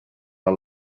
are